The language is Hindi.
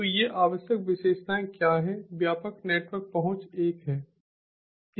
तो ये आवश्यक विशेषताएं क्या हैं व्यापक नेटवर्क पहुंच एक है